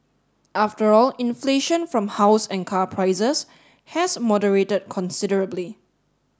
after all inflation from house and car prices has moderated considerably